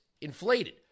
inflated